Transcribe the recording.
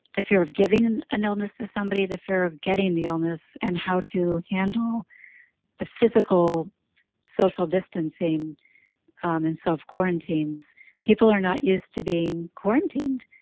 the fear of giving an an illness to somebody, the fear of getting the illness and how to handle the physical social distancing and self-quarantines people are not used to being quarantined.